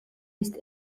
ist